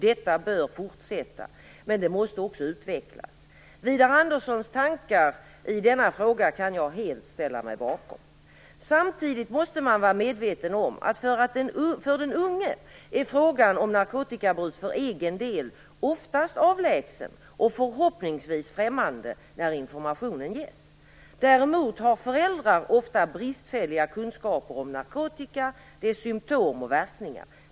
Det bör fortsätta, men det måste också utvecklas. Widar Anderssons tankar i denna fråga kan jag helt ställa mig bakom. Samtidigt måste man vara medveten om att för den unge är frågan om narkotikabruk för egen del oftast avlägsen och förhoppningsvis främmande när informationen ges. Däremot har föräldrar ofta bristfälliga kunskaper om narkotika, dess symtom och verkningar.